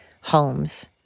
homes